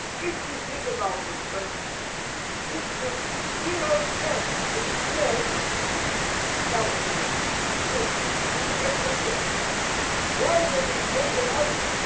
if you think about this right now this makes zero sense to be said a thousand years ago zero sense everyone hates you why would they say they are you?